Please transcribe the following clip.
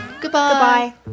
Goodbye